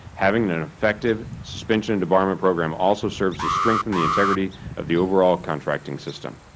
having an effective suspension and debarment program also serves to strengthen the integrity of the overall contracting system.